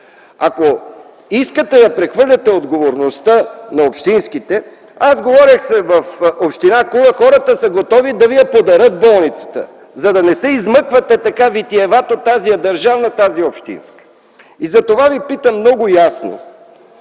Ако искате да прехвърлите отговорността на общинските… Аз говорих в община Кула – хората са готови да Ви подарят болницата, за да не се измъквате така витиевато – тази е държавна, тази е общинска. Затова Ви питам много ясно: